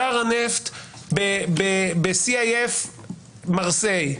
שער הנפט ב-Cif Marseille,